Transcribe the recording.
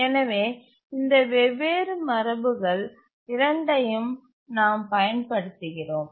எனவே இந்த வெவ்வேறு மரபுகள்இரண்டையும் நாம் பயன்படுத்துகிறோம்